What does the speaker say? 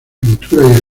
pintura